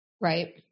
right